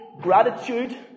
gratitude